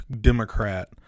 Democrat